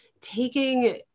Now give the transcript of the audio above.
taking